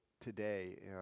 today